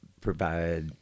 provide